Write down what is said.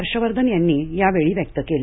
हर्षवर्धन यांनी यावेळी व्यक्त केला